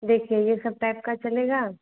देखिए यह सब टाइप का चलेगा